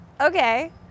okay